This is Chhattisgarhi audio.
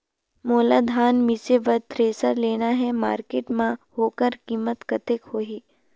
मोला धान मिसे बर थ्रेसर लेना हे मार्केट मां होकर कीमत कतेक होही?